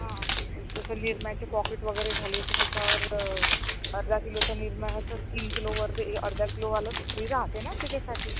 हां जसं निरम्याचे पॉकेट वगैरे झाले तर त्याच्यावर अर्धा किलोचं निरम्याचं तीन किलोवर अर्धा किलोवालं फ्री राहते ना त्याच्यासाठी